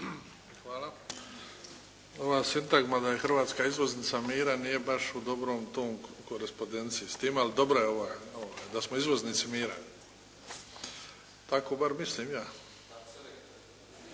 Hvala. Ova sintagma da je Hrvatska izvoznica mira nije baš u dobrom korespondenciji s tim, ali dobra je ova da smo izvoznici mira. Tako bar mislim ja.